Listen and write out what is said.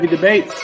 Debate